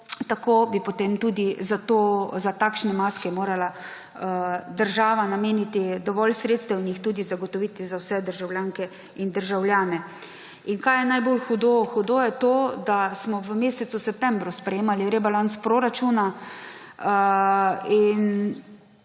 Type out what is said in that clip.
tako, bi potem tudi za takšne maske morala država nameniti dovolj sredstev in jih tudi zagotoviti za vse državljanke in državljane. In kaj je najbolj hudo? Hudo je to, da smo v mesecu septembru sprejemali rebalans proračuna in